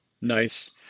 Nice